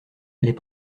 les